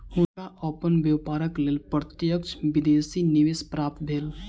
हुनका अपन व्यापारक लेल प्रत्यक्ष विदेशी निवेश प्राप्त भेल